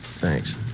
thanks